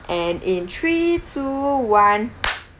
and in three two one